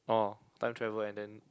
orh time travel and then